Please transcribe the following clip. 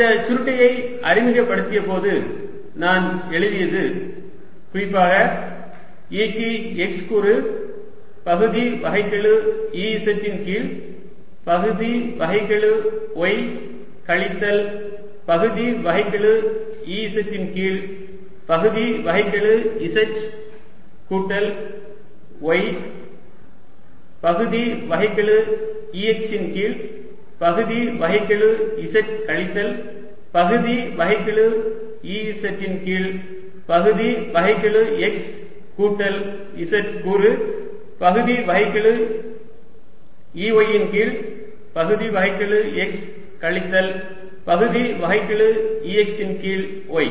இந்த சுருட்டையை அறிமுகப்படுத்திய போது நான் எழுதியது குறிப்பாக E க்கு x கூறு பகுதி வகைக்கெழு Ez ன் கீழ் பகுதி வகைக்கெழு y கழித்தல் பகுதி வகைக்கெழு Ey ன் கீழ் பகுதி வகைக்கெழு z கூட்டல் y கூறு பகுதி வகைக்கெழு Ex ன் கீழ் பகுதி வகைக்கெழு z கழித்தல் பகுதி வகைக்கெழு Ez ன் கீழ் பகுதி வகைக்கெழு x கூட்டல் z கூறு பகுதி வகைக்கெழு Ey ன் கீழ் பகுதி வகைக்கெழு x கழித்தல் பகுதி வகைக்கெழு Ex கீழ் y